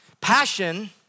Passion